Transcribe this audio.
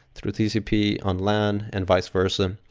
through tcp, on lan, and vice versa.